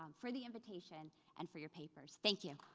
um for the invitation and for your papers. thank you.